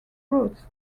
routes